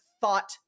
thought